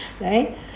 Right